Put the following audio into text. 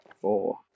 Four